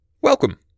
Welcome